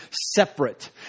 separate